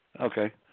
Okay